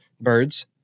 birds